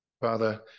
Father